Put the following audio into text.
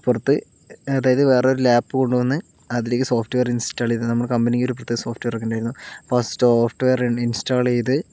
പുറത്ത് അതായത് വേറൊരു ലാപ്പ് കൊണ്ടുവന്ന് അതിലേക്ക് സോഫ്റ്റ് വെയർ ഇൻസ്റ്റാൾ ചെയ്ത് നമ്മുടെ കമ്പനിക്ക് ഒരു പ്രത്യേക സോഫ്റ്റ് വെയറൊക്കെ ഉണ്ടായിരുന്നു അപ്പോൾ ആ സോഫ്റ്റ് വെയർ ഇൻസ്റ്റാൾ ചെയ്തു